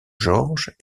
georges